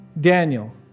Daniel